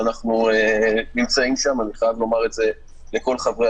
אנחנו נמצאים שם אני חייב לומר את זה לכל חברי